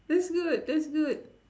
that's good that's good